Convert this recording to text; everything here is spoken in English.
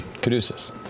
Caduceus